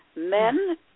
Men